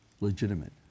legitimate